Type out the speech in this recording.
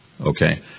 Okay